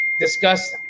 discuss